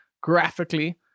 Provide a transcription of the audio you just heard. graphically